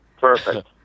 perfect